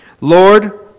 Lord